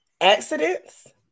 accidents